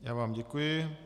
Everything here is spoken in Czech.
Já vám děkuji.